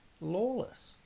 lawless